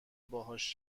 باهاش